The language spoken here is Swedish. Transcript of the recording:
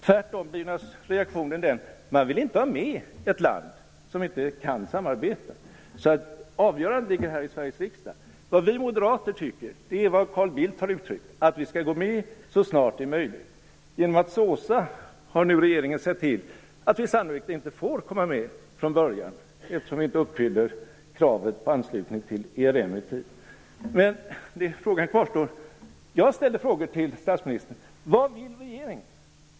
Tvärtom blir naturligtvis reaktionen att man inte vill ha med ett land som inte kan samarbeta. Avgörandet ligger här i Vad vi moderater tycker är vad Carl Bildt har uttryckt, att vi skall gå med så snart det är möjligt. Genom att såsa har regeringen sett till att vi sannolikt inte får komma med från början, eftersom vi inte uppfyller kravet på anslutning till ERM. Jag ställer frågor till statsministern: Vad vill regeringen?